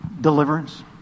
deliverance